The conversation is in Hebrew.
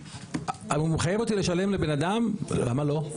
הוא מחייב אותי לשלם לבן אדם למה לא?